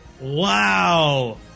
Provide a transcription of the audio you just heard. wow